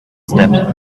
step